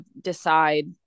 decide